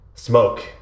smoke